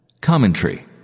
Commentary